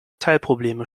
teilprobleme